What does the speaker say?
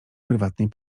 prywatnej